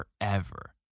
forever